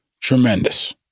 Tremendous